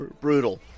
Brutal